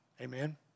Amen